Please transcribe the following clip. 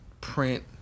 print